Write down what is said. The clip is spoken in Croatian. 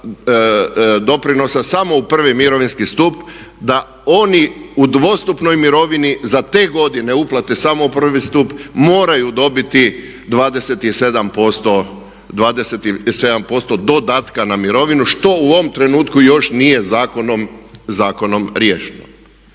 doprinosa samo u prvi mirovinski stup da oni u dvostupnoj mirovini za te godina uplate samo u prvi stup moraju dobiti 27% dodatka na mirovinu što u ovom trenutku još nije zakonom, zakonom